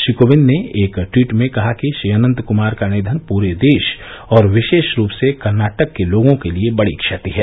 श्री कोविंद ने एक ट्वीट में कहा कि श्री अनंत कुमार का निधन पूरे देश और विशेष रूप से कर्नाटक के लोगों के लिए बड़ी क्षति है